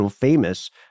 famous